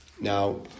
Now